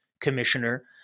commissioner